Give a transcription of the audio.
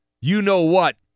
you-know-what